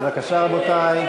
בבקשה, רבותי.